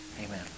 Amen